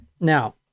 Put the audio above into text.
Now